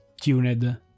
tuned